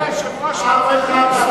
אף אחד לא הגיש.